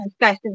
guys